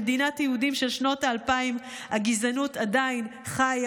במדינת היהודים של שנות האלפיים הגזענות עדיין חיה,